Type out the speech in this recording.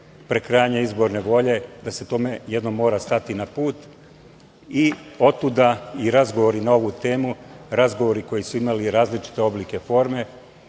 prekrajanja izborne volje, da se tome jednom mora stati na put. Otuda i razgovori na ovu temu, razgovori koji su imali različite oblike forme